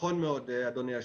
נכון מאוד, אדוני היושב-ראש.